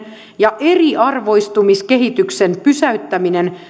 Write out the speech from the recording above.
ja eriarvoistumiskehityksen pysäyttäminen